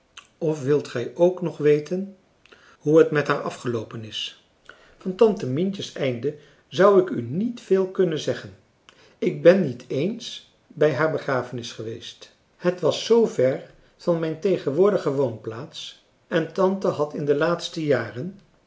of wilt gij ook nog weten hoe het met haar afgeloopen is van tante mientje's einde zou ik u niet veel kunnen zeggen ik ben niet eens bij haar begrafenis geweest het was zoo ver van mijn tegenwoordige woonplaats en tante had in de laatste jaren